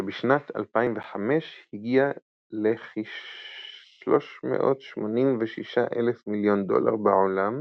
כשבשנת 2005 הגיע לכ-386 אלף מיליון דולר בעולם